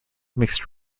mixed